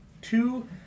two